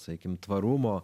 sakykim tvarumo